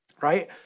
Right